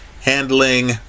handling